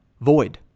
void